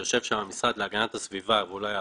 שם יושב המשרד להגנת הסביבה ואולי הוא